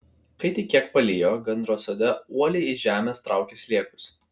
kai tik kiek palijo gandras sode uoliai iš žemės traukė sliekus